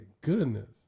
goodness